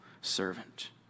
servant